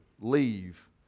leave